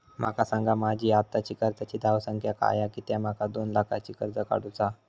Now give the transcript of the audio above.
माका सांगा माझी आत्ताची कर्जाची धावसंख्या काय हा कित्या माका दोन लाखाचा कर्ज काढू चा हा?